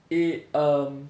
i~ um